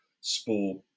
sport